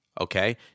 Okay